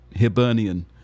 Hibernian